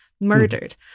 murdered